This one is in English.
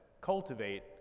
Cultivate